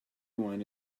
one